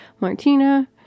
Martina